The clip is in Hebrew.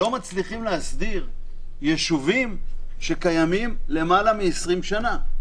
לא מצליחים להסדיר ישובים שקיימים למעלה מ-20 שנים.